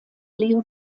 leo